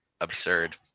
absurd